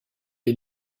les